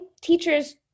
teachers